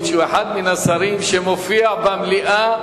הוא אחד מן השרים שמופיעים הכי הרבה במליאה.